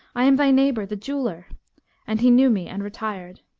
i am thy neighbour the jeweller and he knew me and retired.